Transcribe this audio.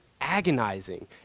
Agonizing